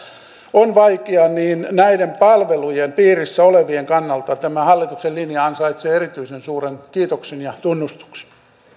on vaikea niin näiden palvelujen piirissä olevien kannalta tämä hallituksen linja ansaitsee erityisen suuren kiitoksen ja tunnustuksen